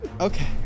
Okay